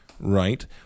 Right